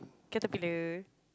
caterpillar